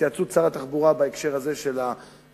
בהתייעצות עם שר התחבורה בהקשר הזה של האופנועים